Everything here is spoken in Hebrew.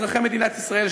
אזרחי מדינת ישראל,